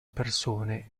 persone